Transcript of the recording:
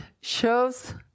shows